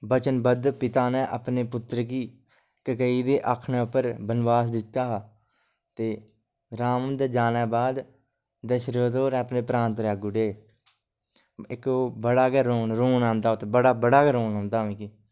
बचनबध्द पिता नै अपने पुत्र गी ककेई दे आखने पर बनवास दित्ता हा ते राम हुंदै जानै बाद दशरथ होर अपने प्राण त्यागुड़दा इक बड़ा गै रोन रोन आंदा बड़ा बड़ा गै रोन औंदा मिकी